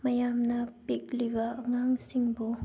ꯃꯌꯥꯝꯅ ꯄꯤꯛꯂꯤꯕ ꯑꯉꯥꯡꯁꯤꯡꯕꯨ